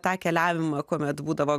tą keliavimą kuomet būdavo